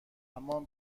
همان